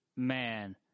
Man